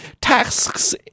Tasks